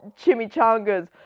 chimichangas